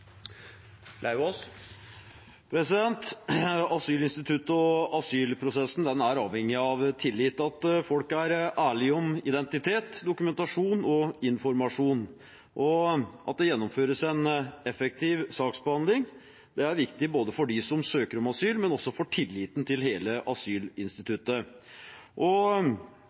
til. Asylinstituttet og asylprosessen er avhengig av tillit, at folk er ærlige om identitet, dokumentasjon og informasjon. At det gjennomføres en effektiv saksbehandling, er viktig både for dem som søker om asyl, og også for tilliten til hele asylinstituttet. Det er viktig og